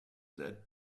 that